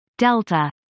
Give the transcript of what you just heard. Delta